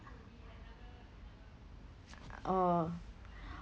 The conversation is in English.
orh